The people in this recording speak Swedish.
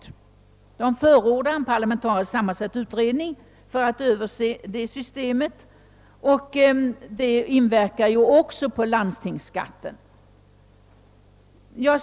Utskottet förordar en parlamentariskt sammansatt utredning för att överse systemet. Detta inverkar också på lands tingsskatten.